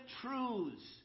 truths